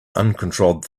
uncontrolled